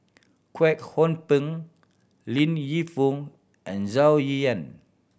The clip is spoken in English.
Kwek Hong Png Li Lienfung and Zhou Ying Nan